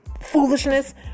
foolishness